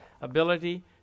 ability